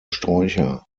sträucher